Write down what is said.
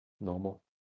Normal